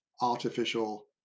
artificial